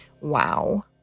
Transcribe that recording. Wow